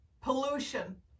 pollution